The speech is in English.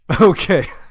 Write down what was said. Okay